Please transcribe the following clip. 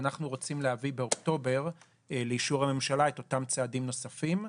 ואנחנו רוצים להביא באוקטובר לאישור הממשלה את אותם צעדים נוספים.